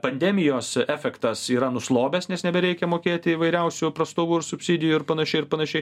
pandemijos efektas yra nuslobęs nes nebereikia mokėti įvairiausių prastovų ir subsidijų ir panašiai ir panašiai